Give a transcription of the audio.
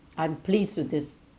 I'm pleased with his